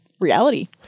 reality